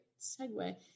segue